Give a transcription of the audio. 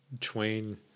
Twain